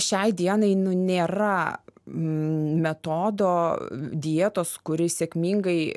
šiai dienai nu nėra metodo dietos kuri sėkmingai